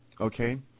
okay